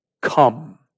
come